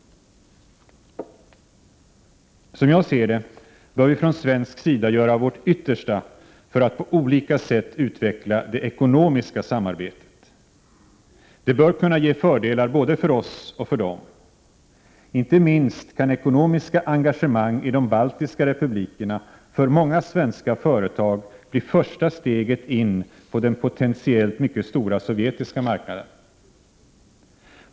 Som jag ser det, bör vi från svensk sida göra vårt yttersta för att på olika sätt utveckla det ekonomiska samarbetet. Det bör kunna ge fördelar både för oss och för dem. Inte minst kan ekonomiska engagemang i de baltiska republikerna för många svenska företag bli första steget in på den potentiellt mycket stora sovjetiska marknaden.